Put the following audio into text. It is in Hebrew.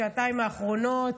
שעתיים האחרונות